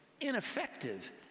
ineffective